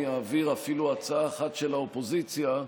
אעביר אפילו הצעה אחת של האופוזיציה,